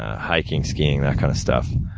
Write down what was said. hiking, skiing, that kind of stuff.